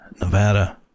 Nevada